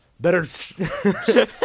Better